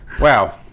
Wow